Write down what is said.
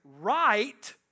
right